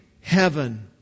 heaven